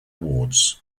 awards